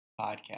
podcast